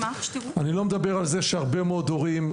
אני לא מדבר על זה שהרבה מאוד הורים,